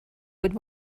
would